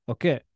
Okay